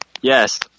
Yes